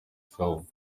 film